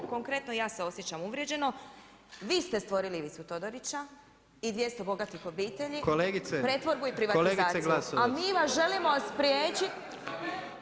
Konkretno, ja se osjećam uvrijeđeno, vi ste stvorili Ivicu Todorića i 200 bogatih obitelju, pretvorbu i privatizaciju, am i vas želimo spriječiti.